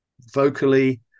vocally